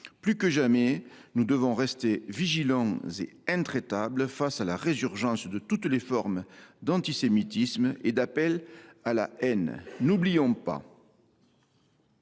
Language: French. Plus que jamais, nous devons rester vigilants et intraitables face à la résurgence de toutes les formes d’antisémitisme et d’appels à la haine. N’oublions pas.